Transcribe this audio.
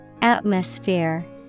Atmosphere